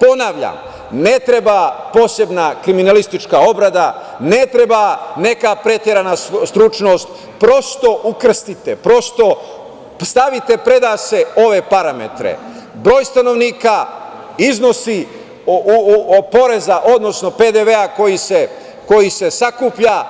Ponavljam, ne treba posebna kriminalistička obrada, ne treba neka preterana stručnost, prosto ukrstite, prosto stavite pred sebe ove parametre, broj stanovnika, iznosi poreza, odnosno PDV-a koji se sakuplja